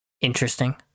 interesting